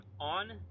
on